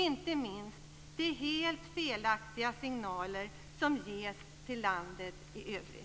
Inte minst är det helt felaktiga signaler som ges till landet i övrigt.